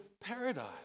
paradise